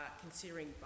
considering